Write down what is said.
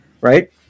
right